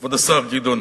כבוד השר גדעון.